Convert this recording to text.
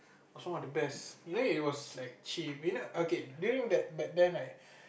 was one of the best you know it was like cheap you know okay during back then right